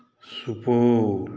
Supaul